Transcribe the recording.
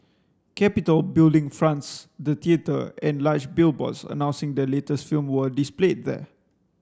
capitol Building fronts the theatre and large billboards announcing the latest film were displayed there